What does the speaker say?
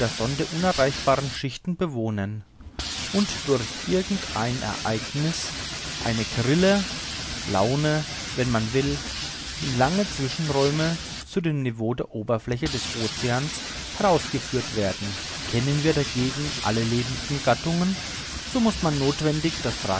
sonde unerreichbaren schichten bewohnen und durch irgend ein ereigniß eine grille laune wenn man will in langen zwischenräumen zu dem niveau der oberfläche des oceans herausgeführt werden kennen wir dagegen alle lebenden gattungen so muß man nothwendig das